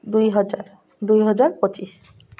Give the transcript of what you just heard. ଦୁଇ ହଜାର ଦୁଇ ହଜାର ପଚିଶି